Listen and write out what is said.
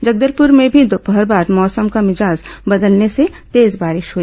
जगदलपुर में भी दोपहर बाद मौसम का मिजाज बदलने से तेज बारिश हुई